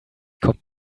kommt